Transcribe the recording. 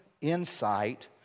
insight